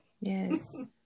Yes